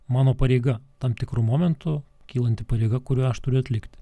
mano pareiga tam tikru momentu kylanti pareiga kurią aš turiu atlikti